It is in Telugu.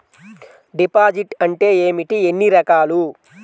డిపాజిట్ అంటే ఏమిటీ ఎన్ని రకాలు?